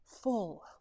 full